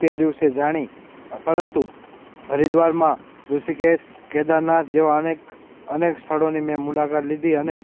તે દિવસે જાણી પરંતુ હરિદ્વારમાં ઋષિકેશ કેદારનાથ જેવાં અનેક અનેક સ્થળોની મેં મુલાકાત લીધી અને